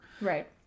Right